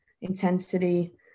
intensity